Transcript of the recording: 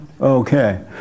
Okay